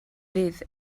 fydd